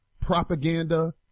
propaganda